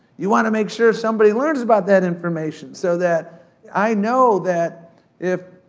you want to make sure somebody learns about that information so that i know that if,